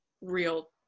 real